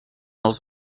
als